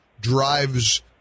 drives